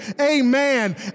Amen